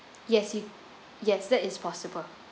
yes yes that is possible